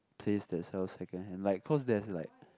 place that sell secondhand like cause there's like